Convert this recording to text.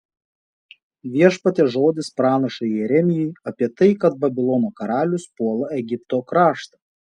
viešpaties žodis pranašui jeremijui apie tai kad babilono karalius puola egipto kraštą